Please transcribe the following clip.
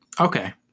Okay